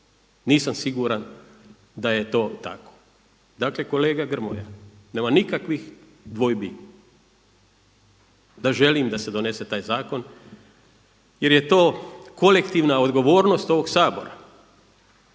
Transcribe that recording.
nisam siguran da je to tako. Dakle kolega Grmoja, nema nikakvih dvojbi da želim da se donose taj zakon jer je to kolektivna odgovornost ovog Sabora.